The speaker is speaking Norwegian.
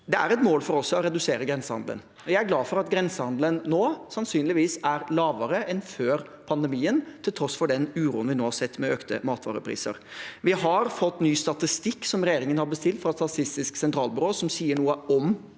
Det er et mål for oss å redusere grensehandelen. Jeg er glad for at grensehandelen nå sannsynligvis er lavere enn før pandemien, til tross for den uroen vi har sett med økte matvarepriser. Vi har fått ny statistikk som regjeringen har bestilt fra Statistisk sentralbyrå, som sier noe om